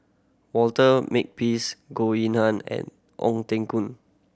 Walter Makepeace Goh Yihan and Ong Teng Koon